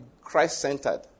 Christ-centered